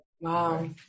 Wow